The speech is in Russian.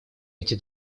эти